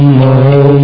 no